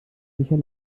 sicher